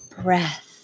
breath